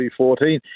2014